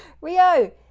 Rio